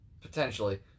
Potentially